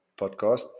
podcast